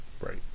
Right